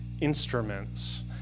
instruments